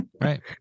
Right